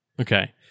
Okay